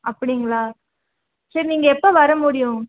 அப்படிங்களா சரி நீங்கள் எப்போ வர முடியும்